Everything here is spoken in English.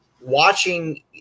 watching –